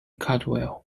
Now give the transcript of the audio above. caldwell